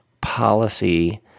policy